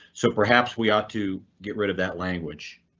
so perhaps we ought to get rid of that language.